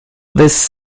this